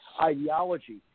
ideology